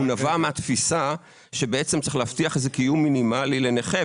והוא נבע מהתפיסה שצריך להבטיח קיום מינימלי לנכה,